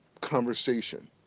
conversation